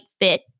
fit